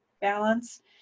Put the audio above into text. balance